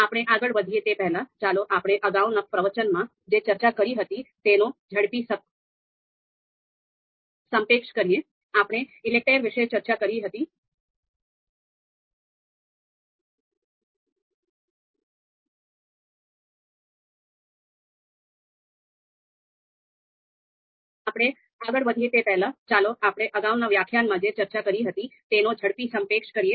આપણે આગળ વધીએ તે પહેલા ચાલો આપણે અગાઉના વ્યાખ્યાન જે ચર્ચા કરી હતી તેનો ઝડપી સંક્ષેપ કરીએ